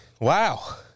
Wow